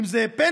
אם זה פנסיה,